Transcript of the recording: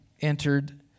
entered